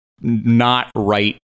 not-right